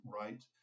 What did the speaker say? right